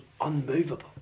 unmovable